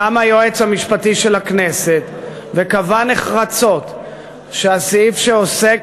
קם היועץ המשפטי של הכנסת וקבע נחרצות שהסעיף שעוסק